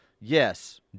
Yes